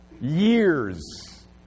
years